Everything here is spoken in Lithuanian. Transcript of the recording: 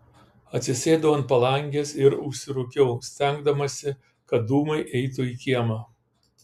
atsisėdau ant palangės ir užsirūkiau stengdamasi kad dūmai eitų į kiemą